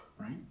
right